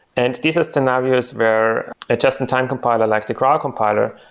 and these are scenarios where a just-in-time compiler, like the graal compiler,